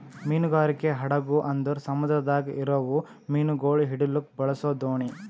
ಮೀನುಗಾರಿಕೆ ಹಡಗು ಅಂದುರ್ ಸಮುದ್ರದಾಗ್ ಇರವು ಮೀನುಗೊಳ್ ಹಿಡಿಲುಕ್ ಬಳಸ ದೋಣಿ